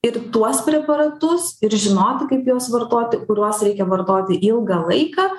ir tuos preparatus ir žinoti kaip juos vartoti kuriuos reikia vartoti ilgą laiką